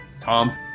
Tom